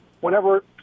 whenever